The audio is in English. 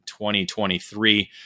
2023